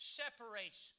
separates